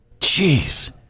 Jeez